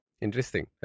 Interesting